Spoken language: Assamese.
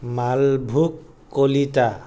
মালভোগ কলিতা